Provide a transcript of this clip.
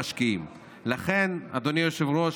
לכן, אדוני היושב-ראש,